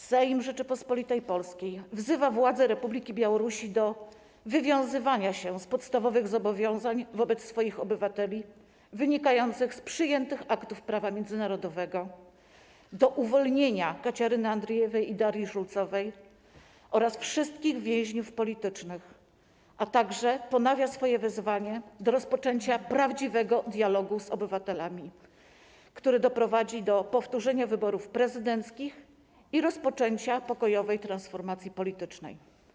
Sejm Rzeczypospolitej Polskiej wzywa władze Republiki Białorusi do wywiązywania się z podstawowych zobowiązań wobec swoich obywateli wynikających z przyjętych aktów prawa międzynarodowego, do uwolnienia Kaciaryny Andrejewej i Darii Czulcowej oraz wszystkich więźniów politycznych, a także ponawia swoje wezwanie do rozpoczęcia prawdziwego dialogu z obywatelami, który doprowadzi do powtórzenia wyborów prezydenckich i rozpoczęcia pokojowej transformacji politycznej.